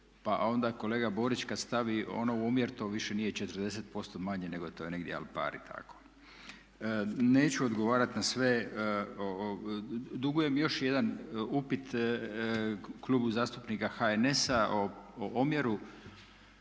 Pa onda kolega Borić kad stavi u onaj omjer to više nije 40% manje, nego to je negdje al pari tako. Neću odgovarati na sve. Dugujem još jedan upit Klubu zastupnika HNS-a o omjeru